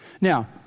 now